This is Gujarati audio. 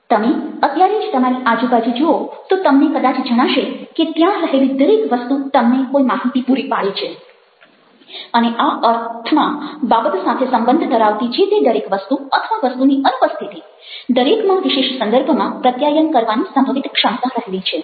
તમે અત્યારે જ તમારી આજુબાજુ જુઓ તો તમને કદાચ જણાશે કે ત્યાં રહેલી દરેક વસ્તુ તમને કોઈ માહિતી પૂરી પાડે છે અને આ અર્થમાં બાબત સાથે સંબંધ ધરાવતી જે તે દરેક વસ્તુ અથવા વસ્તુની અનુપસ્થિતિ દરેકમાં વિશેષ સંદર્ભમાં પ્રત્યાયન કરવાની સંભવિત ક્ષમતા રહેલી છે